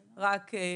אנחנו מעבירים שוב,